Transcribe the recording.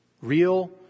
Real